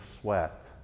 sweat